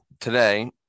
today